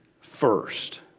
first